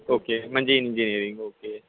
okay म्हणजे engineering okay